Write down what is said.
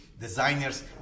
designers